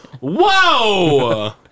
whoa